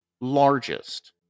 largest